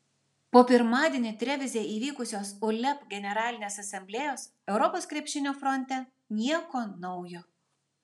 po pirmadienį trevize įvykusios uleb generalinės asamblėjos europos krepšinio fronte nieko naujo